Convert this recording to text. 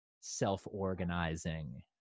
self-organizing